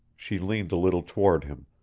she leaned a little toward him,